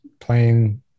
playing